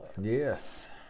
Yes